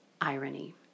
irony